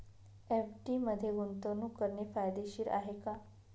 FD मध्ये गुंतवणूक करणे फायदेशीर आहे का?